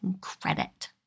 credit